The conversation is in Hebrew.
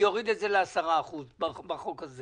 אוריד את זה ל-10% בחוק הזה